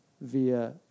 via